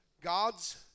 God's